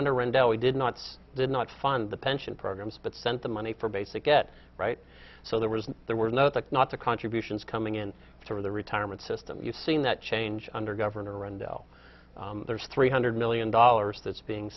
under rendell we did not did not fund the pension programs but sent the money for basic get right so there was there were no that's not the contributions coming in through the retirement system you've seen that change under governor rendell there's three hundred million dollars that's being